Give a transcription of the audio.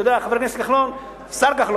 אתה יודע, חבר הכנסת כחלון, השר כחלון,